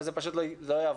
וזה פשוט לא יעבוד,